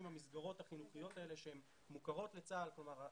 המסגרות החינוכיות האלה שהן מוכרות לצה"ל כלומר,